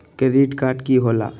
Credit card की होला?